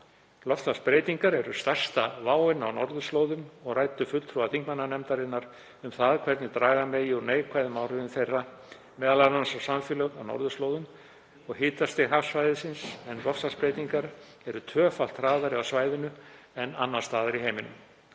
Loftslagsbreytingar eru stærsta váin á norðurslóðum og ræddu fulltrúar þingmannanefndarinnar um það hvernig draga megi úr neikvæðum áhrifum þeirra, m.a. á samfélög á norðurslóðum og hitastig hafsvæðis, en loftslagsbreytingar eru tvöfalt hraðari á svæðinu en annars staðar í heiminum.